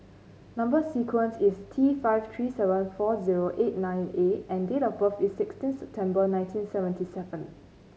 number sequence is T five three seven four zero eight nine A and date of birth is sixteen September nineteen seventy seven